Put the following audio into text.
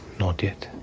not yet.